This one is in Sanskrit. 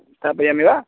स्थापयामि वा